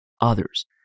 others